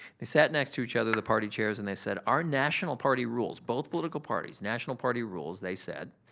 they sat next to each other, the party chairs, and they said, our national party rules, both political parties, national party rules, they said,